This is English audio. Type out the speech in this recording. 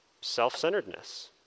self-centeredness